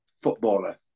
footballer